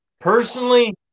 personally